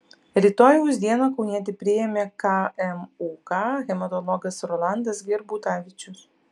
rytojaus dieną kaunietį priėmė kmuk hematologas rolandas gerbutavičius